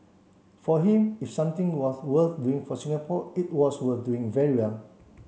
for him if something was worth doing for Singapore it was worth doing very well